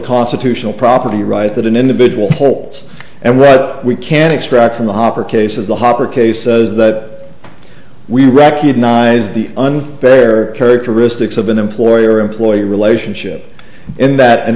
constitutional property right that an individual holds and what we can extract from the hopper cases the hopper cases that we recognize the unfair characteristics of an employer employee relationship in that an